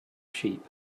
sheep